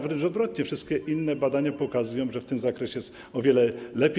Wręcz odwrotnie, wszystkie inne badania pokazują, że w tym zakresie jest o wiele lepiej.